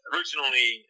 Originally